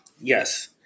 Yes